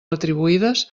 retribuïdes